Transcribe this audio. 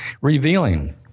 revealing